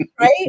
Right